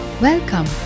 Welcome